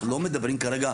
אנחנו לא מדברים כרגע,